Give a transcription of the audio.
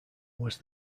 was